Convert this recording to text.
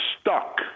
stuck